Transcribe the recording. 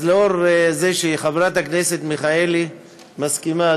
אז לאור זה שחברת הכנסת מיכאלי מסכימה,